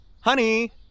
Honey